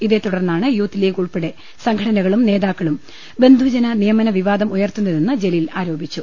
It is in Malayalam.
ഇതേത്തുടർന്നാണ് യൂത്ത് ലീഗ് ഉൾപ്പെടെ സംഘടന കളും നേതാക്കളും ബന്ധുജന നിയമന വിവാദം ഉയർത്തുന്നതെന്ന് ജലീൽ ആരോപിച്ചു